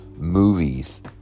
Movies